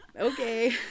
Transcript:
okay